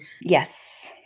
Yes